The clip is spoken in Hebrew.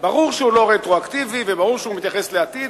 ברור שהוא לא רטרואקטיבי וברור שהוא מתייחס לעתיד,